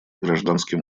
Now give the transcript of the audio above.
гражданским